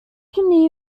can